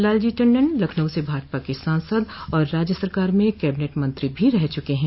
लालजी टंडन लखनऊ से भाजपा के सांसद और राज्य सरकार में कैबिनेट मंत्री भी रह चुके हैं